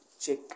Check